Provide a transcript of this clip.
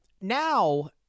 Now